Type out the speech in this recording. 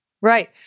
Right